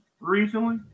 recently